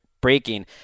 breaking